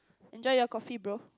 enjoy your coffee bro